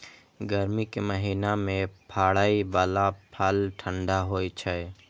गर्मी के महीना मे फड़ै बला फल ठंढा होइ छै